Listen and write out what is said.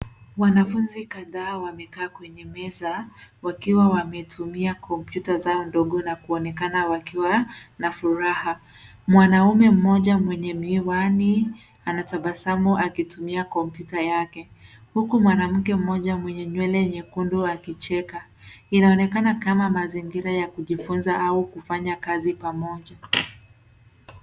Wanafunzi kadhaa wamekaa kwenye meza wakiwa wametumia kompyuta zao ndogo na kuonekana wakiwa na furaha. Mwanaume mmoja mwenye miwani anatabasamu akitumia kompyuta yake, huku mwanamke mmoja mwenye nywele nyekundu akicheka. Inaonekana kama mazingira ya kujifunza au kufanya kazi kwa pamoja.